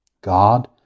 God